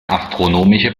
astronomische